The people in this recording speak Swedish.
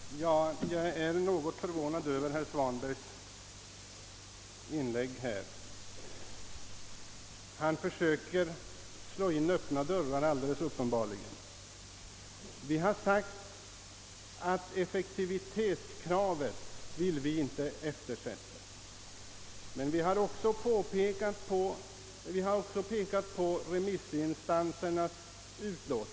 Herr talman! Jag är något förvånad över herr Svanbergs senaste inlägg. Han försöker uppenbarligen slå in öppna dörrar, Vi har uttalat att vi inte vill eftersätta effektivitetskravet, men vi har också hänvisat till remissinstansernas yttranden.